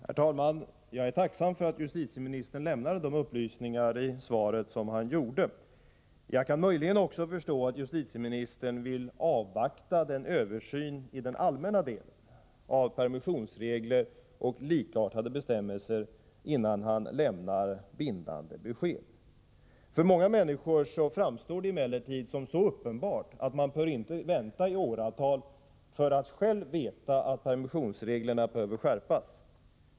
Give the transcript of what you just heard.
Herr talman! Jag är tacksam för att justitieministern lämnade de upplysningar i svaret som han gjorde. Jag kan möjligen också förstå att justitieministern innan han lämnar bindande besked vill avvakta översynen av den allmänna delen av permissionsregler och likartade bestämmelser. För många människor framstår emellertid lösningen som så uppenbar att man inte bör vänta i åratal. Vanligt folk vet att permissionsreglerna behöver skärpas.